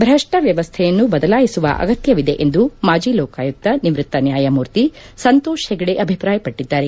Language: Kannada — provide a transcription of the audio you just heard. ಭ್ರಷ್ನ ವ್ಯವಸ್ಥೆಯನ್ನು ಬದಲಾಯಿಸುವ ಅಗತ್ಯವಿದೆ ಎಂದು ಮಾಜಿ ಲೋಕಾಯುಕ್ತ ನಿವ್ಯಕ್ತ ನ್ಯಾಯಮೂರ್ತಿ ಸಂತೋಷ್ ಹೆಗ್ಡೆ ಅಭಿಪ್ರಾಯಪಟ್ಟಿದ್ದಾರೆ